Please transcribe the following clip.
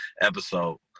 episode